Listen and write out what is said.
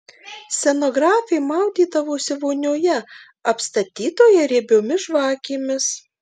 scenografė maudydavosi vonioje apstatytoje riebiomis žvakėmis